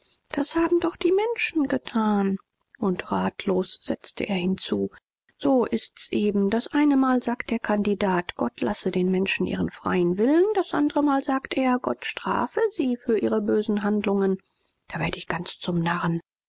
das haben doch die menschen getan und ratlos setzte er hinzu so ist's eben das eine mal sagt der kandidat gott lasse den menschen ihren freien willen das andre mal sagt er gott strafe sie für ihre bösen handlungen da werd ich ganz zum narren